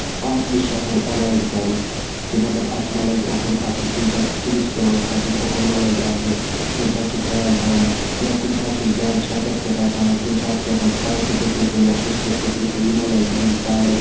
اَتھ نِش چھُ آسان ایوایِڈ کَرُن کہِ مطلب اَسہِ مہ لَگہِ اُکُن اَتھ کُنہِ ساتہٕ چھُ کُلِس پیوان کھسُن اُکُن مہ لَگہِ اَتھٕ تَمہِ ساتہٕ چھُ خیال تھاوُن یا کُنہِ ساتہٕ چھِ أسۍ گاڑِ چھتَس پٮ۪ٹھ آسان کُنہِ ساتہٕ چھُ آسان پایپہِ ٹُکرٕ تُلُن یا شیشتٕر ٹُکرٕ تُلُن یہِ مہ لَگہِ ہٮ۪رِ تارِ